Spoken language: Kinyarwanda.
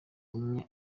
umwe